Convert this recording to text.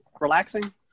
relaxing